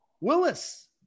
Willis